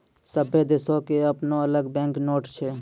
सभ्भे देशो के अपनो अलग बैंक नोट छै